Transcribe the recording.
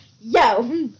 Yo